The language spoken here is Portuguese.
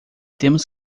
temos